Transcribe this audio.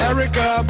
Erica